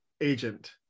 agent